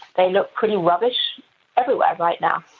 they look pretty rubbish everywhere right now.